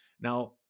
Now